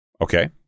Okay